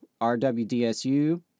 RWDSU